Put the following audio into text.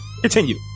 continue